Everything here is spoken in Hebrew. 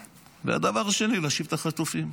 והדבר האחר הוא להשיב את החטופים.